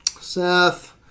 Seth